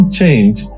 change